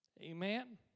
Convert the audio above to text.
Amen